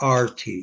RT